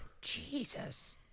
Jesus